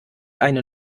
einen